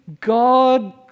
God